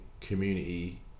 community